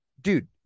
dude